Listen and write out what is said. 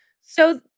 So-